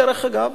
דרך אגב.